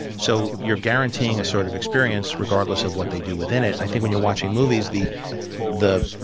so you're guaranteeing a sort of experience regardless of what they do within it. and i think when you're watching movies, the the